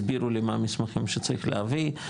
הסבירו לי מה המסמכים שצריך להביא,